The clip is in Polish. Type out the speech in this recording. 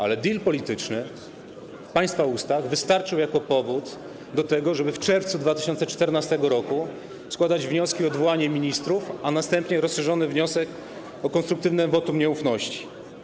Ale deal polityczny w państwa ustach wystarczył jako powód do tego, żeby w czerwcu 2014 r. składać wnioski o odwołanie ministrów, a następnie rozszerzony wniosek o konstruktywne wotum nieufności.